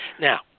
Now